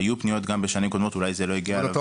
היו פניות גם בשנים קודמות ואולי זה לא הגיע --- אבל אתה